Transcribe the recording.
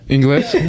English